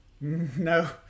No